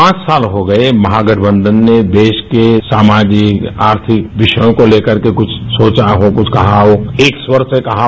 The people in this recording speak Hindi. पांच साल हो गये महागठबंधन ने देश के सामाजिक आर्थिक विषयों को लेकर कुछ सोचा हो कुछ कहा हो एक स्वर से कहा हो